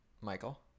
Michael